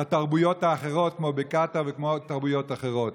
לתרבויות האחרות כמו בקטאר וכמו עוד תרבויות אחרות.